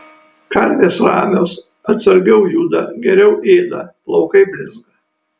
karvės ramios atsargiau juda geriau ėda plaukai blizga